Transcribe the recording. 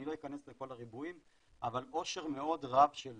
אני לא אכנס לכל הריבועים, אבל עושר מאוד רב של